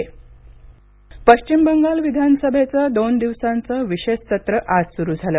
पश्चिम बंगाल विधानसभा पश्चिम बंगाल विधानसभेचं दोन दिवसांचं विशेष सत्र आज सुरू झालं